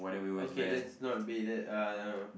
okay let's not be that uh